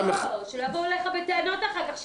שלא יבואו אליך בטענות אחר כך.